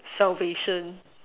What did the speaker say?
salvation